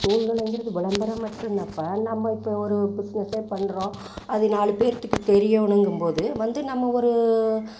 விளம்பரமற்றதுன்னக்கா நம்ம இப்போ ஒரு பிஸ்னஸ்ஸே பண்ணுறோம் அது நாலு பேர்த்துக்கு தெரியணுங்கும்போது வந்து நம்ம ஒரு